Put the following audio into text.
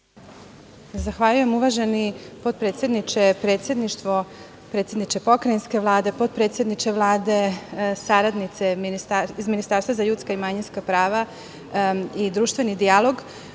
Zahvaljujem, uvaženi potpredsedniče. Predsedništvo, predsedniče pokrajinske Vlade, potpredsedniče Vlade, saradnice iz Ministarstva za ljudska i manjinska prava i društveni dijalog,